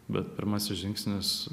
bet pirmasis žingsnis